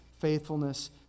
faithfulness